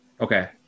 okay